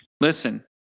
listen